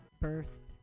first